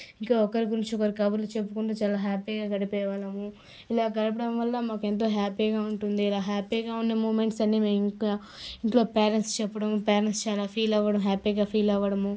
ఇంకా ఒకరి గురించి ఒకరి కబుర్లు చెప్పుకుంటూ చాలా హ్యాపీగా గడిపే వాళ్ళం ఇలా గడపడం వల్ల మాకెంతో హ్యాపీగా ఉంటుంది ఇలా హ్యాపీగా ఉన్న మూమెంట్స్ అన్నీ మేము ఇంకా ఇంట్లో పేరెంట్స్కి చెప్పడం పేరెంట్స్ చాలా ఫీల్ అవ్వడం హ్యాపీగా ఫీల్ అవ్వడము